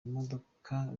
imodoka